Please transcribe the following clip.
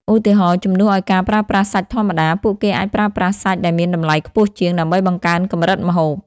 ឧទាហរណ៍ ជំនួសឲ្យការប្រើប្រាស់សាច់ធម្មតា ពួកគេអាចប្រើប្រាស់សាច់ដែលមានតម្លៃខ្ពស់ជាង ដើម្បីបង្កើនកម្រិតម្ហូប។